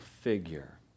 figure